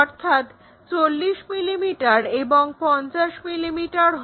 অর্থাৎ 40 মিলিমিটার এবং 50 মিলিমিটার হয়